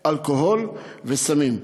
אלכוהול וסמים,